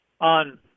on